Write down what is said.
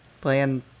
playing